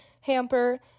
hamper